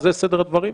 זה סדר הדברים?